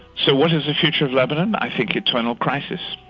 so what is the future of lebanon? i think eternal crisis.